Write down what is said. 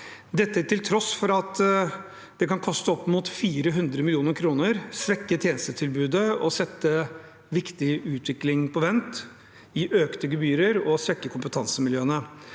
dette til tross for at det kan koste opp mot 400 mill. kr, svekke tjenestetilbudet, sette viktig utvikling på vent, gi økte gebyrer og svekke kompetansemiljøene.